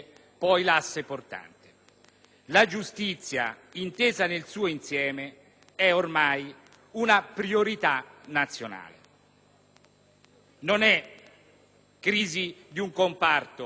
La giustizia, intesa nel suo insieme, è ormai una priorità nazionale. Non è la crisi di un comparto ancorché qualificato,